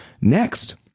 Next